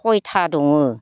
सयथा दङ